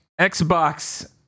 Xbox